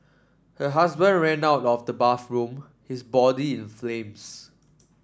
her husband ran out of the bathroom his body in flames